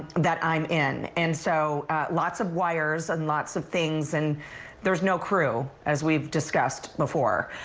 that i'm in. and so lots of wires and lots of things and there's no crew, as we've discussed before.